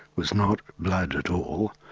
was not blood at all,